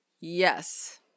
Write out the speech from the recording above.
Yes